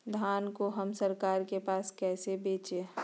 धान को हम सरकार के पास कैसे बेंचे?